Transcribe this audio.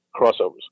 crossovers